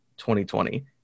2020